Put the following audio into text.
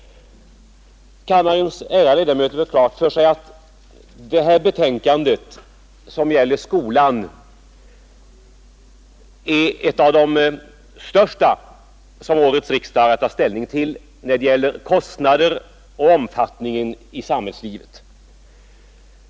Kammarens ärade ledamöter har klart för sig att det här betänkandet om skolan är ett av de största som årets riksdag har att ta ställning till när det gäller kostnaden för och omfattningen av en verksamhet inom samhällslivet.